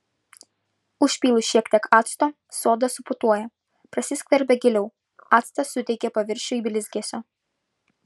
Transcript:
užpylus šiek tiek acto soda suputoja prasiskverbia giliau actas suteikia paviršiui blizgesio